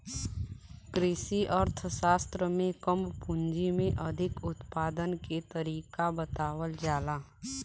कृषि अर्थशास्त्र में कम पूंजी में अधिक उत्पादन के तरीका बतावल जाला